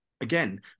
Again